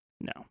No